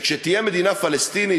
שכשתהיה מדינה פלסטינית,